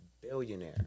billionaire